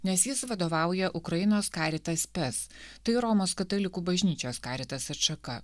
nes jis vadovauja ukrainos kairitas spes tai romos katalikų bažnyčios karitas atšaka